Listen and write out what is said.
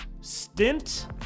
stint